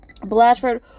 Blatchford